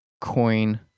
coin